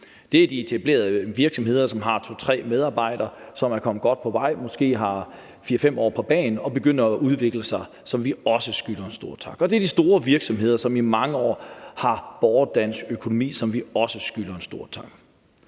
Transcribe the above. Det er de etablerede virksomheder, som har to-tre medarbejdere, som er kommet godt på vej, som måske har 4-5 år på bagen og begynder at udvikle sig, som vi også skylder en stor tak, og det er de store virksomheder, som i mange år har båret dansk økonomi, som vi også skylder en stor tak.